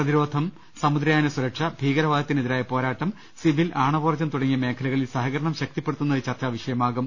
പ്രതിരോധം സമുദ്രയാന സുരക്ഷ ഭീകരവാദ ത്തിനെതിരായ പോരാട്ടം സിവിൽ ആണവോർജ്ജം തുടങ്ങിയ മേഖല കളിൽ സഹകരണം ശക്തിപ്പെടുത്തുന്നത് ചർച്ചാവിഷയമാകും